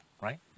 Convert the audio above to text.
right